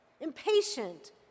impatient